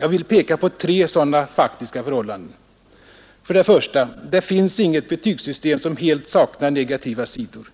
Jag vill peka på tre sådana faktiska förhållanden. För det första finns det inget betygssystem som helt saknar negativa sidor.